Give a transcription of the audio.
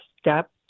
step